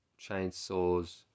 chainsaws